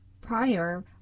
prior